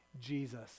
Jesus